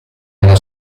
nella